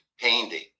painting